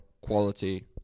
quality